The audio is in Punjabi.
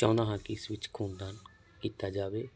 ਚਾਹੁੰਦਾ ਹਾਂ ਕਿ ਇਸ ਵਿੱਚ ਖੂਨ ਦਾਨ ਕੀਤਾ ਜਾਵੇ